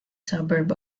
suburb